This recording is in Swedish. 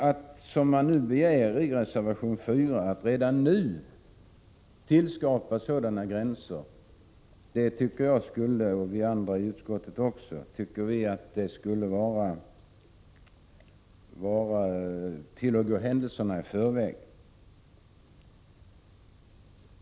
Att, som man begär i reservation 4, redan nu lägga fast gränsvärden tycker majoriteten i utskottet skulle vara att gå händelserna i förväg.